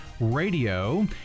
radio